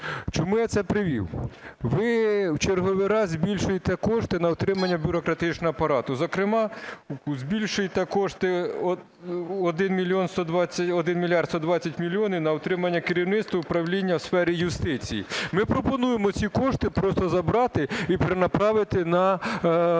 Чому я це привів? Ви в черговий раз збільшуєте кошти на отримання бюрократичного апарату, зокрема збільшуєте кошти 1 мільярд 120 мільйонів на утримання керівництва управління в сфері юстиції. Ми пропонуємо ці кошти просто забрати і перенаправити на субсидії, тому